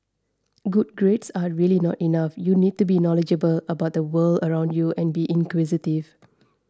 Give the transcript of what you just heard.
good grades are really not enough you need to be knowledgeable about the world around you and be inquisitive